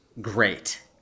great